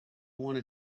wanna